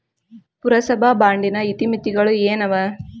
ಪುರಸಭಾ ಬಾಂಡಿನ ಇತಿಮಿತಿಗಳು ಏನವ?